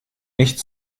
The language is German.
nicht